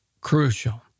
crucial